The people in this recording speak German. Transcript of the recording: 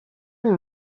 den